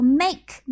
make